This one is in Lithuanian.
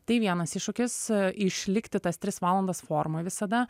tai vienas iššūkis išlikti tas tris valandas formoj visada